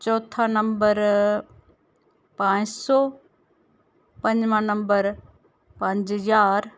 चौथा नंबर पंज सौ पंजमां नंबर पंज ज्हार